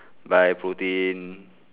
buy protein